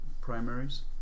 primaries